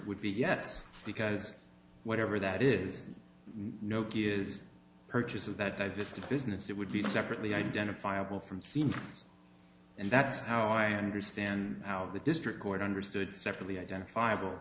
would be yes because whatever that is nokia's purchase of that i just a business that would be separately identifiable from scene and that's how i handle stand how the district court understood separately identifiable